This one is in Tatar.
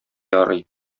ярый